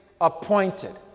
appointed